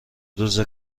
روز